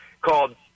called